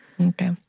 Okay